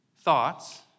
thoughts